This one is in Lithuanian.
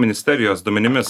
ministerijos duomenimis